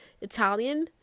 Italian